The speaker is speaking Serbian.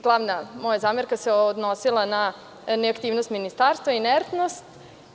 Glavna moja zamerka se odnosila na neaktivnost ministarstva, inertnost.